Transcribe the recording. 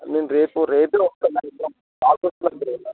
నేను రేపు రేపు రేపే వస్తానులేండి